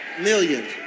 Millions